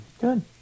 good